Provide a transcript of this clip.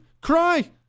cry